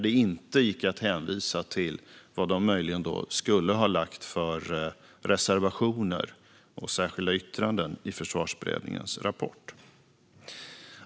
Det gick ju inte att hänvisa till vilka reservationer och särskilda yttranden de möjligen skulle ha haft i Försvarsberedningens rapport.